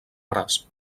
braç